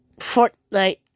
Fortnite